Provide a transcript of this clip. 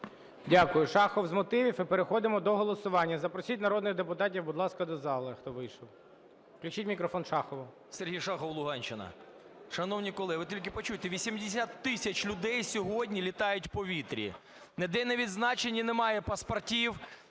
Дякую. Шахов - з мотивів. І переходимо до голосування. Запросіть народних депутатів, будь ласка, до залу, хто вийшов. Включіть мікрофон Шахову. 17:00:18 ШАХОВ С.В. Сергій Шахов, Луганщина. Шановні колеги, от ви тільки почуйте, 80 тисяч людей сьогодні літають у повітрі, ніде не відзначені, немає паспортів,